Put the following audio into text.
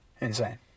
Insane